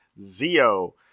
Zio